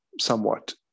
somewhat